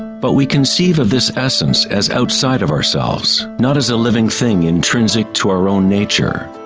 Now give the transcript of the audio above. but we conceive of this essence as outside of ourselves, not as a living thing, intrinsic to our own nature.